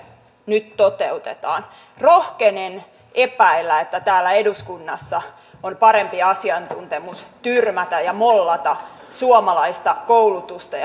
nyt toteutetaan rohkenen epäillä että täällä eduskunnassa on parempi asiantuntemus tyrmätä ja mollata suomalaista koulutusta